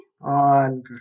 on